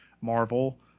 Marvel